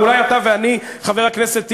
ואולי אתה ואני, חבר הכנסת טיבי,